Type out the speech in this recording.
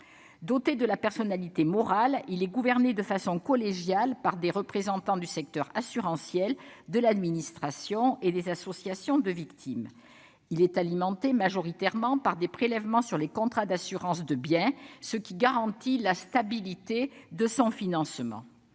Doté de la personnalité morale, il est gouverné de façon collégiale par des représentants du secteur assurantiel, de l'administration et les associations de victimes. Il est alimenté majoritairement par des prélèvements sur les contrats d'assurance de biens, ce qui garantit la stabilité de son financement.